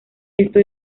esto